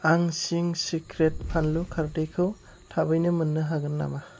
आं चिंस सिक्रेट फानलु खारदैखौ थाबैनो मोन्नो हागोन नामा